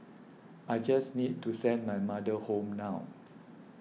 I just need to send my mother home now